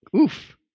oof